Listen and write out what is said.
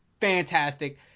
fantastic